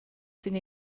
sin